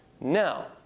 Now